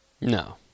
No